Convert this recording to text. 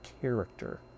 character